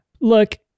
Look